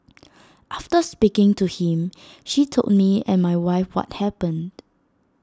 after speaking to him she told me and my wife what happened